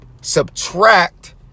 subtract